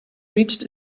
reached